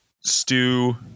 stew